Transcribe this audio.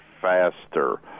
faster